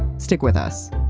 stick with us